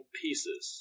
pieces